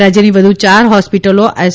રાજ્યની વધુ યાર હોસ્પિટલો એસ